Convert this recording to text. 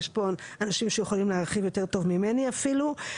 יש פה אנשים שכולים להרחיב יותר טוב ממני אפילו.